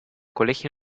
colegio